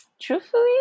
truthfully